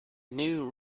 new